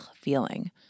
feeling